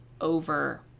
over